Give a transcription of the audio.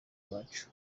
iwacu